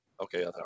Okay